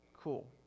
cool